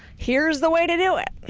here's the way to do it.